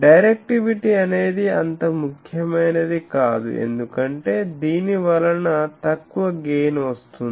directivity అనేది అంత ముఖ్యమైనది కాదు ఎందుకంటే దీని వలన తక్కువ గెయిన్ వస్తుంది